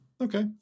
okay